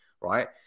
right